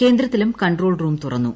കേന്ദ്രത്തിലും control room തുറന്നു